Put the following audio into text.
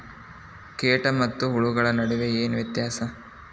ಕೇಟ ಮತ್ತು ಹುಳುಗಳ ನಡುವೆ ಏನ್ ವ್ಯತ್ಯಾಸ?